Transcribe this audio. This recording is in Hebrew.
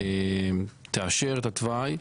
תאשר את התוואי.